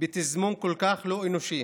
בתזמון כל כך לא אנושי,